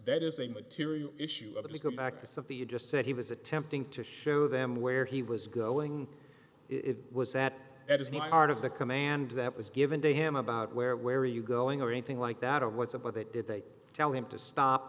that is a material issue of it's going back to something you just said he was attempting to show them where he was going it was that it is not part of the command that was given to him about where where are you going or anything like that or what's up with it did they tell him to stop